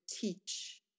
teach